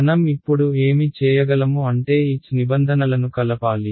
మనం ఇప్పుడు ఏమి చేయగలము అంటే H నిబంధనలను కలపాలి